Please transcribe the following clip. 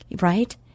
right